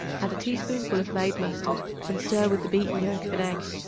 add a teaspoonful of made mustard and stir with the beaten yolk of an egg.